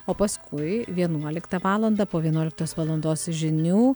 o paskui vienuoliktą valandą po vienuoliktos valandos žinių